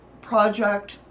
project